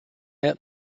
out